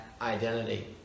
identity